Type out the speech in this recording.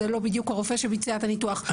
זה לא בדיוק הרופא שביצע את הניתוח,